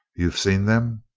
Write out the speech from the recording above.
you've seen them?